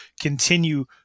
continue